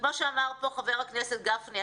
כמו שאמר פה חה"כ גפני,